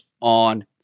on